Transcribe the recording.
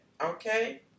okay